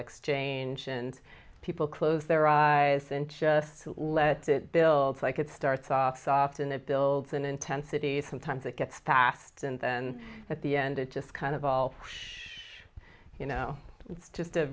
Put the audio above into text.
exchange and people close their eyes and just let it build like it starts off soft and it builds in intensity sometimes it gets fast and then at the end it just kind of all you know it's just a